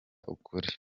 ukuri